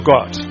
God